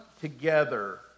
together